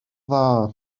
dda